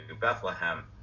Bethlehem